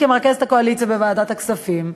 כמרכזת הקואליציה בוועדת הכספים,